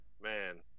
man